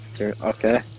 Okay